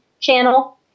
channel